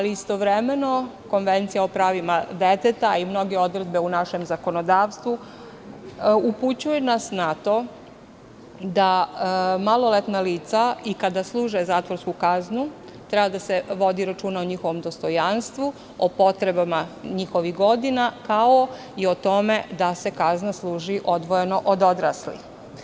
Istovremeno, Konvencija o pravima deteta i mnoge odredbe u našem zakonodavstvu upućuje nas na to, kada maloletna lica služe zatvorsku kaznu, treba da se vodi računa o njihovom dostojanstvu, o potrebama njihovih godina, kao i o tome da se kazna služi odvojeno od odraslih.